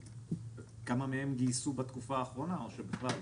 כמה מהן גייסו בתקופה האחרונה, או שבכלל לא?